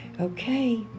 Okay